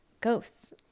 ghosts